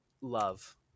love